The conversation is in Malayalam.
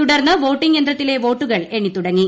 തുടർന്ന് വോട്ടിംഗ് യന്ത്രത്തിലെ വോട്ടുകൾ എണ്ണിത്തുടങ്ങി